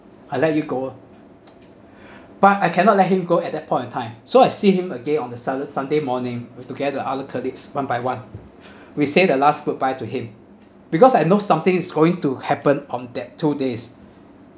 I let you go but I cannot let him go at that point of time so I see him again on the sun~ sunday morning with together other colleagues one by one we say the last goodbye to him because I know something is going to happen on that two days